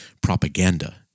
Propaganda